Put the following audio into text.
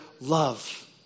love